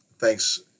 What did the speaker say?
Thanks